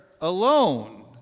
alone